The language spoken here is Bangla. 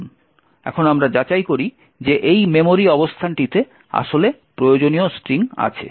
আসুন আমরা যাচাই করি যে এই মেমোরি অবস্থানটিতে আসলে প্রয়োজনীয় স্ট্রিং আছে